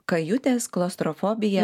kajutės klaustrofobija